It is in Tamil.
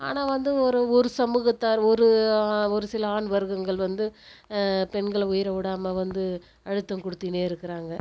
ஆனால் வந்து ஒரு ஒரு சமூகத்தார் ஒரு ஒரு சில ஆண் வர்க்கங்கள் வந்து பெண்களை உயரவிடாமல் வந்து அழுத்தம் கொடுத்துக்கின்னே இருக்கிறாங்க